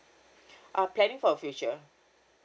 uh planing for the future